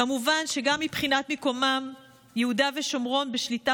כמובן שגם מבחינת מיקומם יהודה ושומרון בשליטה